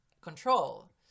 control